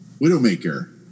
Widowmaker